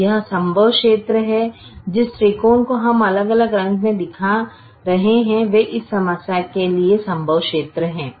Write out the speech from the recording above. तो यह संभव क्षेत्र है जिस त्रिकोण को हम अलग अलग रंग में दिखा रहे हैं वह इस समस्या के लिए संभव क्षेत्र है